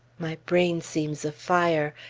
my brain seems afire.